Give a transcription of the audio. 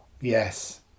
Yes